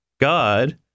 God